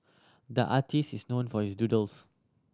the artist is known for his doodles